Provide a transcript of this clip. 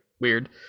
weird